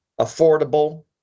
affordable